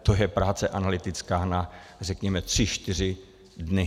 To je práce analytická na řekněme tři čtyři dny.